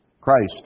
Christ